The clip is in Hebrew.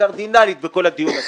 הקרדינלית, בכל הדיון הזה,